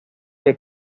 que